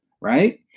right